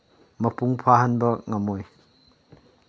ꯃꯄꯨꯡ ꯐꯥꯍꯟꯕ ꯉꯝꯃꯣꯏ